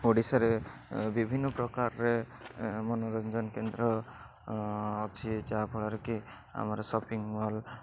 ଓଡ଼ିଶାରେ ବିଭିନ୍ନ ପ୍ରକାରର ମନୋରଞ୍ଜନ କେନ୍ଦ୍ର ଅଛି ଯାହା ଫଳରେ କି ଆମର ସପିଂ ମଲ୍